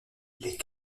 des